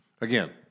Again